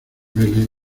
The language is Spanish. vele